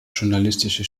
journalistische